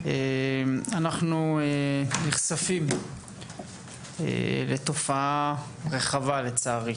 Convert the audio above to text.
אנחנו נחשפים לתופעה רחבה, לצערי,